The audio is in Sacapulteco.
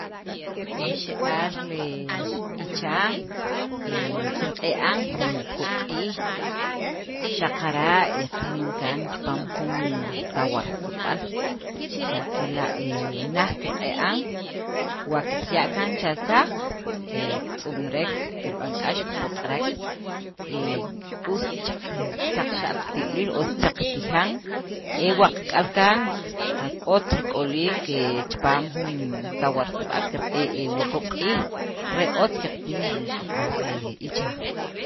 Li xe'al he ichaaj, he kirq'i'an jun wuquub' q'iij xaqara' he qamin kaan pi jun tawarsib'al xa' kela' he naj kirq'i'an, wa qaya' kaan cha saq, ke kitzumrek, kib'an k'ax, kipoq'rek, he ust chek qatzaq chixa'l qatib'iliil, ust chek qatijan, e wa qak'al kaan, qas otz rik'oliik chipaam jun tawarsib'al kirq'i' wuquub' q'iij, re otz qatij li xe'aal ichaaj.